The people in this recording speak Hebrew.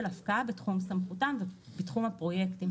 הפקעה בתחום סמכותן ובתחום הפרויקטים שלהן.